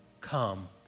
Come